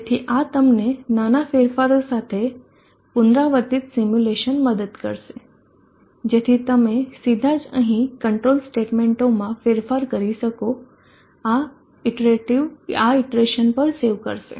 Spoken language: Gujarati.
તેથી આ તમને નાના ફેરફારો સાથે પુનરાવર્તિત સિમ્યુલેશન મદદ કરશે જેથી તમે સીધા જ અહીં કંટ્રોલ સ્ટેટમેંટોમાં ફેરફાર કરી શકો આ ઇટરેશન પર સેવ કરશે